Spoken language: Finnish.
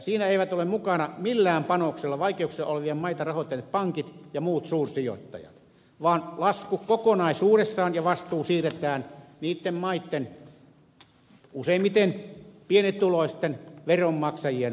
siinä eivät ole mukana millään panoksella vaikeuksissa olevia maita rahoittaneet pankit ja muut suursijoittajat vaan lasku ja vastuu kokonaisuudessaan siirretään niitten maitten useimmiten pienituloisten veronmaksajien maksettavaksi